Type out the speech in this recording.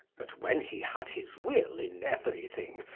but when he had his will in everything,